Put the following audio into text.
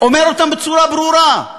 אומר בצורה ברורה,